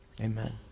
amen